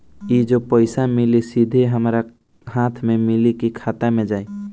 ई जो पइसा मिली सीधा हमरा हाथ में मिली कि खाता में जाई?